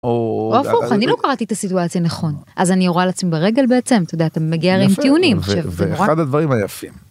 או הפוך, אני לא קראתי את הסיטואציה נכון אז אני יורה לעצמי ברגל בעצם? אתה מגיע עם אלף טיעונים, נכון, אחד הדברים היפים...